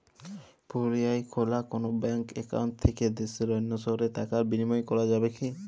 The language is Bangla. পুরুলিয়ায় খোলা কোনো ব্যাঙ্ক অ্যাকাউন্ট থেকে দেশের অন্য শহরে টাকার বিনিময় করা যাবে কি?